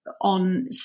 on